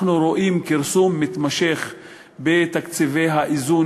אנחנו רואים כרסום מתמשך בתקציבי האיזון